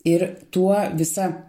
ir tuo visa